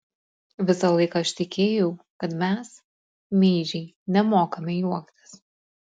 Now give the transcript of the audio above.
visą laiką aš tikėjau kad mes meižiai nemokame juoktis